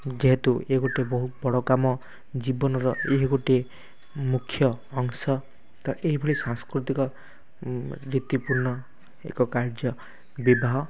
ଯେହେତୁ ଇଏ ଗୋଟେ ବହୁତ ବଡ଼ କାମ ଜୀବନର ଇଏ ଗୋଟିଏ ମୁଖ୍ୟ ଅଂଶ ତ ଏହିଭଳି ସାଂସ୍କୃତିକ ଭିତ୍ତିପୂର୍ଣ୍ଣ ଏକ କାର୍ଯ୍ୟ ବିବାହ